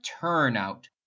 turnout